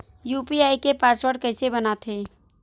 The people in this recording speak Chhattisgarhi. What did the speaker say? यू.पी.आई के पासवर्ड कइसे बनाथे?